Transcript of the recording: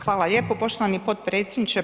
Hvala lijepo poštovani potpredsjedniče.